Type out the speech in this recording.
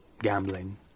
Gambling